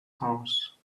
house